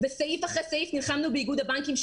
וסעיף אחר סעיף נלחמנו באיגוד הבנקים,